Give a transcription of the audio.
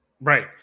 Right